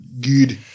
Good